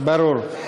ברור.